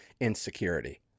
insecurity